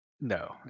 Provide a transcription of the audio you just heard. No